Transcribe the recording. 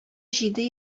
җиде